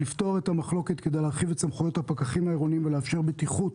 לפתור את המחלוקת כדי להרחיב את סמכויות הפקחים העירוניים ולאפשר בטיחות